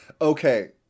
Okay